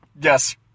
Yes